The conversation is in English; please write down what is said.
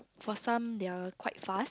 for some they're quite fast